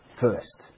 first